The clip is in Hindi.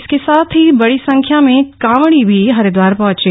इसके साथ ही बड़ी संख्या में कांवड़ी भी हरिद्वार पहंचे